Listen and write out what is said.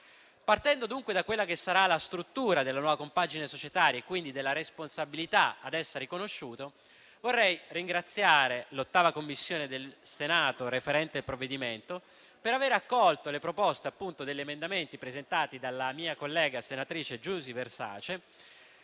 Partendo dunque da quella che sarà la struttura della nuova compagine societaria e quindi della responsabilità ad essere riconosciuto, vorrei ringraziare l'8a Commissione del Senato referente sul provvedimento per aver accolto le proposte, appunto, degli emendamenti presentati dalla mia collega senatrice Giusy Versace,